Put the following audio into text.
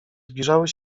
zbliżały